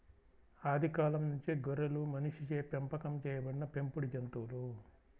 ఆది కాలం నుంచే గొర్రెలు మనిషిచే పెంపకం చేయబడిన పెంపుడు జంతువులు